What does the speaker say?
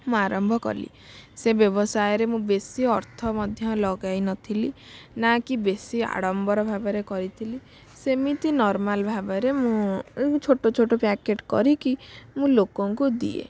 ମୁଁ ଆରମ୍ଭ କଲି ସେ ବ୍ୟବସାୟରେ ମୁଁ ବେଶୀ ଅର୍ଥ ମଧ୍ୟ ଲଗାଇନଥିଲି ନା କି ବେଶୀ ଆଡ଼ମ୍ବର ଭାବରେ କରିଥିଲି ସେମିତି ନର୍ମାଲ୍ ଭାବରେ ମୁଁ ଛୋଟ ଛୋଟ ପ୍ୟାକେଟ୍ କରିକି ମୁଁ ଲୋକଙ୍କୁ ଦିଏ